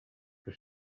que